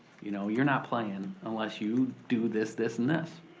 you know you're not playin' unless you do this, this and this.